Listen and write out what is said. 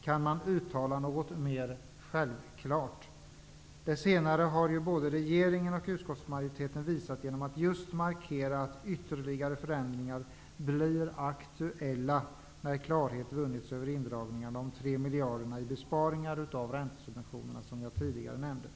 Kan man uttala något mer självklart? Det senare har ju både regeringen och utskottsmajoriteten visat genom att just markera att ytterligare förändringar blir aktuella när klarhet vunnits över indragningarna av de tre miljarderna i besparingar av räntesubventioner, som jag tidigare nämnde.